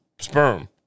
sperm